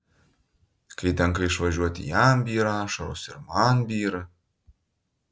kai tenka išvažiuoti jam byra ašaros ir man byra